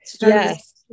Yes